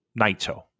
Naito